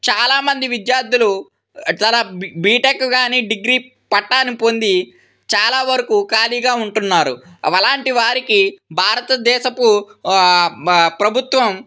చాలామంది విద్యార్థులు చాలా బీటెక్ కానీ డిగ్రీ పట్టాను పొంది చాలా వరకు ఖాళీగా ఉంటున్నారు అలాంటి వారికి భారతదేశం ప్రభుత్వం